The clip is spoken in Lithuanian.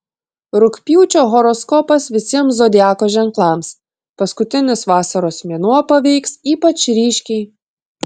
rugpjūčio horoskopas visiems zodiako ženklams paskutinis vasaros mėnuo paveiks ypač ryškiai